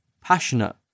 passionate